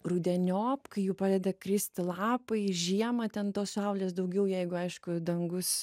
rudeniop kai jų pradeda kristi lapai žiemą ten tos saulės daugiau jeigu aišku dangus